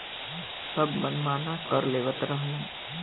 सब मनमाना कर लेवत रहलन